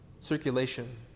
circulation